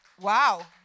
Wow